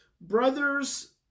brother's